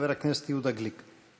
חבר הכנסת יהודה גליק.